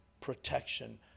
protection